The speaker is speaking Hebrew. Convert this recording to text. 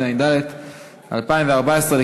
התשע"ד 2014,